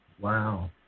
Wow